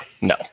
no